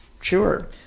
sure